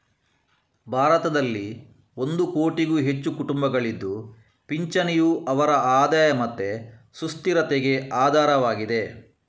ಭಾರತದಲ್ಲಿ ಒಂದು ಕೋಟಿಗೂ ಹೆಚ್ಚು ಕುಟುಂಬಗಳಿದ್ದು ಪಿಂಚಣಿಯು ಅವರ ಆದಾಯ ಮತ್ತೆ ಸುಸ್ಥಿರತೆಗೆ ಆಧಾರವಾಗಿದೆ